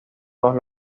dos